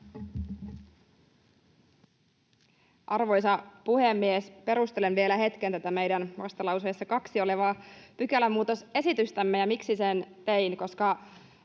Arvoisa puhemies! Perustelen vielä hetken tätä meidän vastalauseessa 2 olevaa pykälämuutosesitystämme ja miksi sen tein,